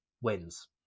wins